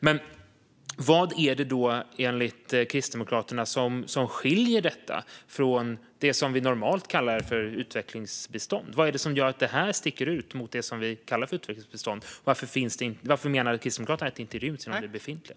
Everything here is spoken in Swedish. Men vad är det då, enligt Kristdemokraterna, som skiljer detta från det som vi normalt kallar för utvecklingsbistånd? Vad är det som gör att det här sticker ut jämfört med det vi kallar för utvecklingsbistånd? Varför menar Kristdemokraterna att detta inte ryms inom det befintliga?